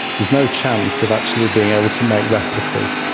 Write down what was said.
there's no chance of actually being able to make replicas,